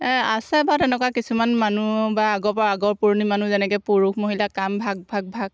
আছে বা তেনেকুৱা কিছুমান মানুহ বা আগৰপৰা আগৰ পুৰণি মানুহ যেনেকৈ পুৰুষ মহিলা কাম ভাগ ভাগ ভাগ